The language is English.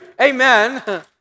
Amen